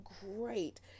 great